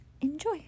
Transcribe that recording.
enjoy